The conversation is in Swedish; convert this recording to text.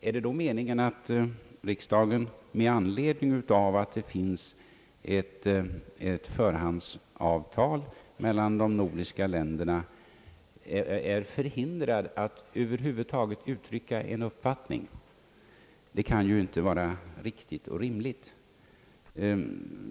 Är avsikten då att riksdagen med anledning av att det finns ett förhandsavtal mellan de nordiska länderna skall vara förhindrad att över huvud taget uttrycka en uppfattning? Det kan inte vara riktigt och rimligt.